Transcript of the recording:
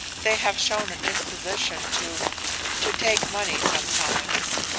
they have shown a disposition to to take money sometimes,